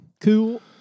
cool